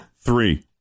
three